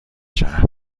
شهر